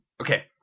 Okay